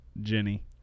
Jenny